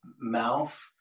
mouth